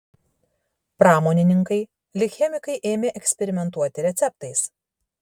pramonininkai lyg chemikai ėmė eksperimentuoti receptais